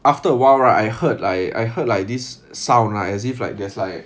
after a while right I heard like I heard like this sound right as if like there's like